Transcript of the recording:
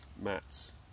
mats